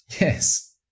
Yes